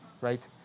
right